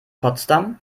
potsdam